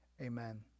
Amen